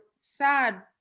Sad